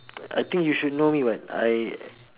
I think you should know me [what] I